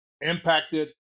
impacted